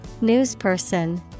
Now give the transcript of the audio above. Newsperson